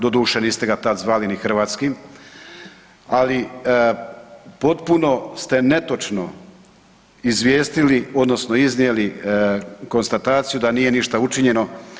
Doduše niste ga tada niti zvali hrvatskim, ali potpuno ste netočno izvijestili odnosno iznijeli konstataciju da nije ništa učinjeno.